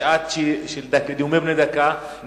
בשעה של נאומים בני דקה.